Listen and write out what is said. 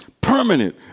permanent